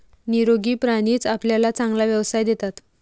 निरोगी प्राणीच आपल्याला चांगला व्यवसाय देतात